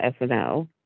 SNL